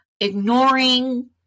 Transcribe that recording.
ignoring